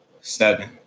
seven